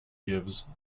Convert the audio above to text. gives